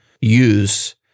use